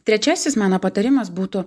trečiasis mano patarimas būtų